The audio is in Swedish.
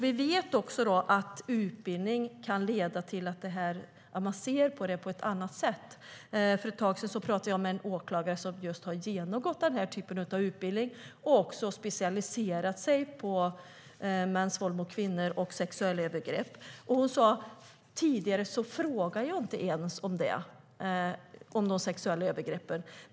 Vi vet att utbildning kan leda till att man ser på detta på ett annat sätt. För ett tag sedan talade jag med en åklagare som har genomgått denna typ av utbildning och specialiserat sig på mäns våld mot kvinnor och sexuella övergrepp. Hon sade att hon tidigare inte ens frågade om sexuella övergrepp.